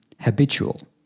habitual